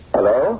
Hello